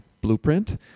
blueprint